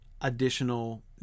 additional